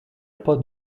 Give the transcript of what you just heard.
pas